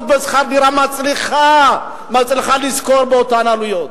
בשכר דירה מצליחה לשכור באותן עלויות?